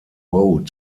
one